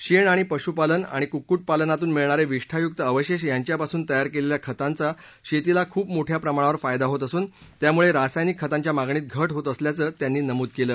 शेण आणि पशुपालन आणि कुक्कु पिालनातून मिळणारे विष्ठायुक अवशेष यांच्यापासून तयार केलेल्या खतांचा शेतीला खूप मोठ्या प्रमाणावर फायदा होत असून त्यामुळे रासायनिक खतांच्या मागणीत घ िहोत असल्याचं त्यांनी नमूद केलं